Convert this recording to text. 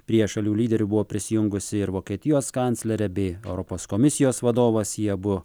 prie šalių lyderių buvo prisijungusi ir vokietijos kanclerė bei europos komisijos vadovas jie abu